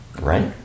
Right